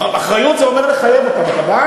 אחריות זה אומר לחייב אותם.